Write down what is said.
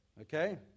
okay